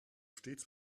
stets